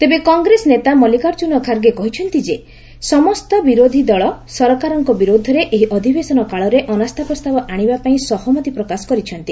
ତେବେ କଂଗ୍ରେସ ନେତା ମଲ୍କିକାର୍ଜୁନ ଖାର୍ଗେ କହିଛନ୍ତି ଯେ ସମ୍ଠ ବିରୋଧି ଦଳ ସରକାରଙ୍କ ବିରୋଧରେ ଏହି ଅଧିବେଶନ କାଳରେ ଅନାସ୍କାପ୍ରସ୍ତାବ ଆଣିବା ପାଇଁ ସହମତି ପ୍ରକାଶ କରିଛନ୍ତି